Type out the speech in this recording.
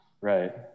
Right